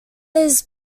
his